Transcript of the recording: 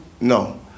No